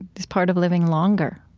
it's part of living longer